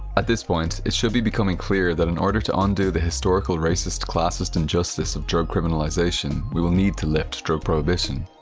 at this point, it should be becoming clear that in order to undo the historical racist, classist injustice of drug criminalization, we will need to lift drug prohibition.